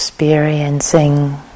experiencing